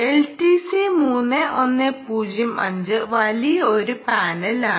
LTC 3105 വലിയ ഒരു പാനലാണ്